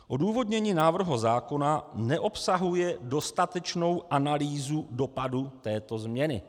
Odůvodnění návrhu zákona neobsahuje dostatečnou analýzu dopadu této změny.